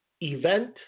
event